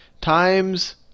times